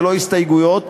ללא הסתייגויות,